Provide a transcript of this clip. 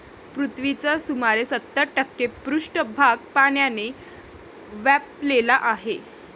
पृथ्वीचा सुमारे सत्तर टक्के पृष्ठभाग पाण्याने व्यापलेला आहे